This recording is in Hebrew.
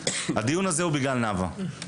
הדיון הזה הוא בגלל נאוה שתדבר עכשיו.